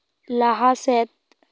ᱞᱟᱦᱟ ᱥᱮᱫ